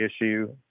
issue